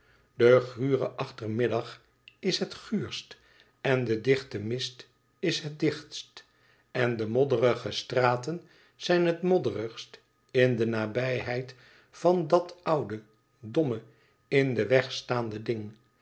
de gure achtermiddag is het guurst en de dichte mist is het dichtst en de modderige straten zijn het modderigst in de nabijheid van dat oude domme in den weg staande ding